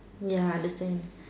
ya understand